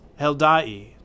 Heldai